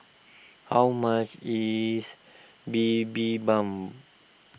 how much is Bibimbap